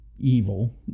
evil